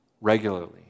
regularly